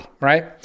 right